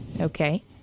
okay